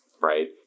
right